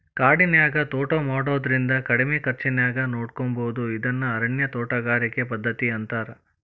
ಕಾಡಿನ್ಯಾಗ ತೋಟಾ ಮಾಡೋದ್ರಿಂದ ಕಡಿಮಿ ಖರ್ಚಾನ್ಯಾಗ ನೋಡ್ಕೋಬೋದು ಇದನ್ನ ಅರಣ್ಯ ತೋಟಗಾರಿಕೆ ಪದ್ಧತಿ ಅಂತಾರ